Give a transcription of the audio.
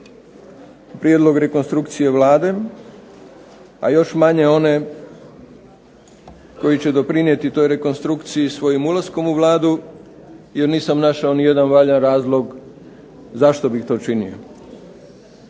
prijedlog rekonstrukcije Vlade, a još manje onih koji će doprinijeti toj rekonstrukciji svojim ulaskom u Vladu jer nisam našao nijedan valjan razlog zašto bih to činio.